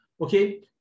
okay